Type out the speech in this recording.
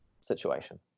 situation